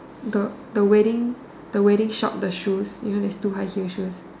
the the wedding the wedding shop the shoes you know there's two high heels shoes